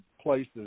places